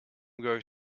going